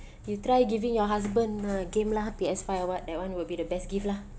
you try giving your husband a game lah P_S five or what that [one] will be the best gift lah